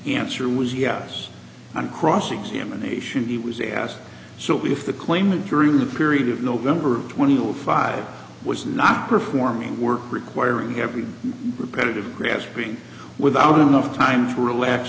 answer was yes on cross examination he was asked so if the claimant during the period of november twenty or five was not performing work requiring every repetitive grasping without enough time to relax